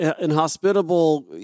inhospitable